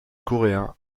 coréen